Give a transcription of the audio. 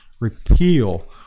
Repeal